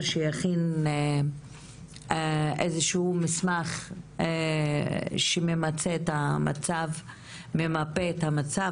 שיכין איזה שהוא מסמך שממצה את המצב וממפה את המצב,